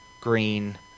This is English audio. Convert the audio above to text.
green